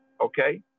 okay